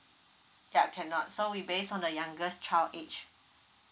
ya cannot so we based on the youngest child age